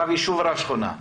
רב יישוב ורב שכונה.